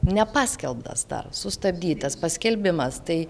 nepaskelbtas dar sustabdytas paskelbimas tai